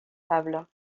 stable